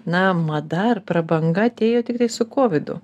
na mada ar prabanga atėjo tiktai su kovidu